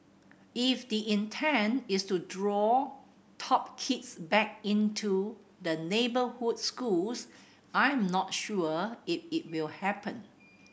if the intent is to draw top kids back into the neighbourhood schools I'm not sure if it will happen